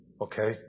Okay